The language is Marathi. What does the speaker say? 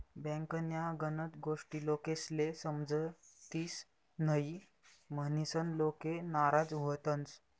बँकन्या गनच गोष्टी लोकेस्ले समजतीस न्हयी, म्हनीसन लोके नाराज व्हतंस